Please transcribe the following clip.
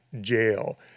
jail